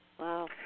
Wow